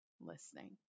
listening